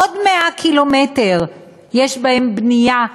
עוד 100 ק"מ יש בהם בנייה,